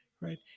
right